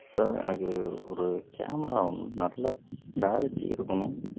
sir எனக்கு ஒரு camera வேணும் நல்ல க்ளாரிட்டி இருக்கணும்